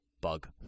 bug